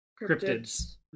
cryptids